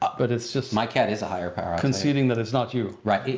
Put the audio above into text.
but but it's just my cat is a higher power. conceding that it's not you. right.